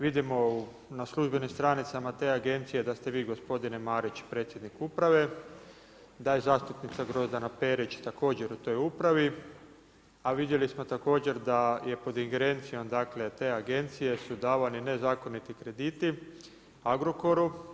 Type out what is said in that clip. Vidimo na službenim stranicama te agencije da ste vi gospodine Marić, predsjednik uprave, da je zastupnica Grozdana Perić također u toj upravi a vidjeli smo također da je pod ingerencijom te agencije su davani nezakoniti krediti Agrokoru.